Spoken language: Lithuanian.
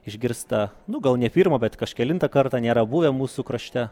išgirsta nu gal ne pirmą bet kažkelintą kartą nėra buvę mūsų krašte